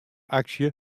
aksje